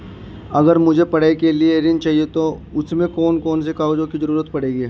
अगर मुझे पढ़ाई के लिए ऋण चाहिए तो उसमें कौन कौन से कागजों की जरूरत पड़ेगी?